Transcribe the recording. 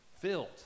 filled